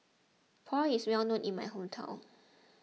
Pho is well known in my hometown